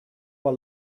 were